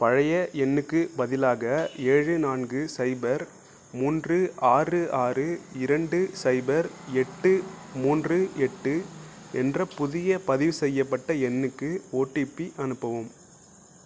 பழைய எண்ணுக்கு பதிலாக ஏழு நான்கு சைபர் மூன்று ஆறு ஆறு இரண்டு சைபர் எட்டு மூன்று எட்டு என்ற புதிய பதிவுசெய்யப்பட்ட எண்ணுக்கு ஓட்டிபி அனுப்பவும்